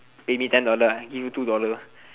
pay me ten dollar I give you two dollar